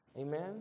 Amen